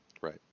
right